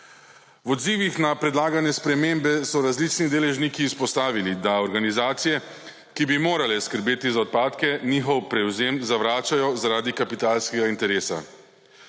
V odzivih na predlagane spremembe so različni deležniki izpostavili, da organizacije, ki bi morale skrbeti za odpadke, njihov prevzem zavračajo zaradi kapitalskega interesa.